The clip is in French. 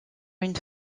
une